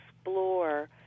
explore